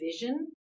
vision